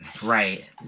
Right